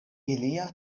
ilia